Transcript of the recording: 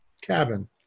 cabin